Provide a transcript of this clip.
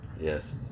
Yes